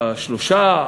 3%,